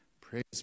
Praise